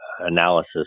analysis